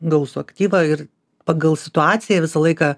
gausų aktyvą ir pagal situaciją visą laiką